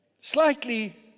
slightly